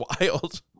wild